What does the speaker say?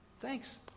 Thanks